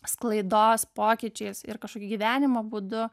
sklaidos pokyčiais ir kažkokiu gyvenimo būdu